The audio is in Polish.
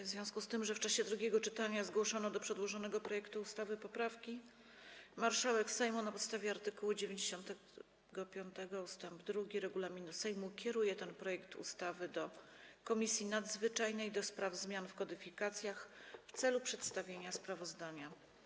W związku z tym, że w czasie drugiego czytania zgłoszono do przedłożonego projektu ustawy poprawki, marszałek Sejmu, na podstawie art. 95 ust. 2 regulaminu Sejmu, kieruje ten projekt ustawy do Komisji Nadzwyczajnej do spraw zmian w kodyfikacjach w celu przedstawienia sprawozdania.